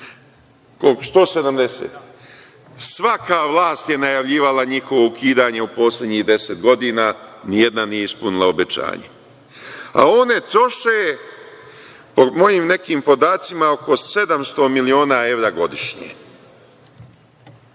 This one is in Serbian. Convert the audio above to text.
170. Svaka vlast je najavljivala njihovo ukidanje u poslednjih deset godina. Ni jedna nije ispunila obećanje, a one troše po mojim nekim podacima oko 700 miliona evra godišnje.